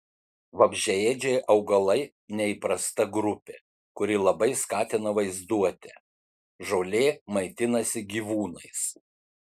vabzdžiaėdžiai augalai neįprasta grupė kuri labai skatina vaizduotę žolė maitinasi gyvūnais